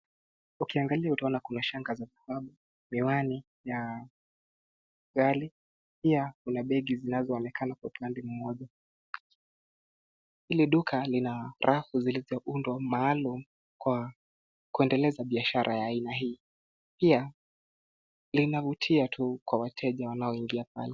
Ukiangalia utaona kuna shanga za dhahabu, miwani ya ghali na pia kuna begi zinazoonekana kwa upande mmoja. Hili duka lina rafu zilizoundwa maalum kwa kuendeleza biashara ya aina hii .Pia linavutia tu kwa wateja wanaoingia pale.